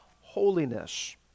holiness